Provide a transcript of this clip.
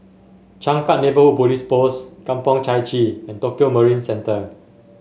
Changkat Neighbourhood Police Post Kampong Chai Chee and Tokio Marine Centre